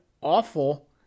awful